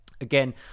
Again